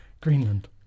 Greenland